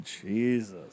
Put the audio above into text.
Jesus